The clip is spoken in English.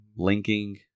Linking